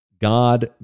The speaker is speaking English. God